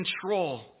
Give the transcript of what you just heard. control